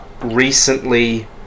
recently